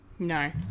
No